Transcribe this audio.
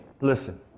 Listen